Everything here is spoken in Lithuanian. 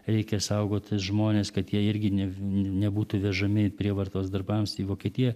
reikia saugoti žmones kad jie irgi ne nebūtų vežami prievartos darbams į vokietiją